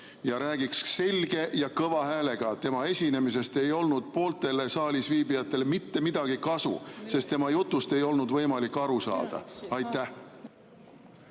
ja räägiks selge ning kõva häälega. Tema esinemisest ei olnud pooltele saalisviibijatele mitte midagi kasu, sest tema jutust ei olnud võimalik aru saada. Aitäh,